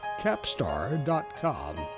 Capstar.com